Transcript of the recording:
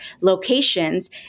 locations